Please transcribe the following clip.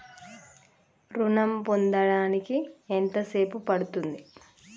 ఋణం పొందడానికి ఎంత సేపు పడ్తుంది?